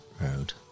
road